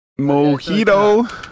Mojito